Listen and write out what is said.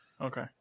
Okay